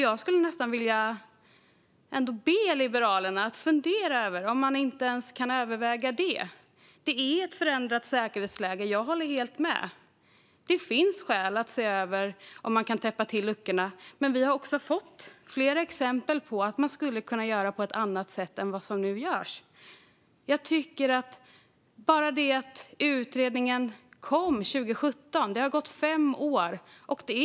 Jag skulle ändå vilja be Liberalerna att fundera på om man inte kan överväga detta. Säkerhetsläget är förändrat. Jag håller helt med om det. Det finns skäl att se över om man kan täppa till luckorna. Men vi har också sett flera exempel på att man skulle kunna göra på ett annat sätt än man nu gör. Utredningen kom 2017, och det har nu gått fem år sedan dess.